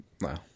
Wow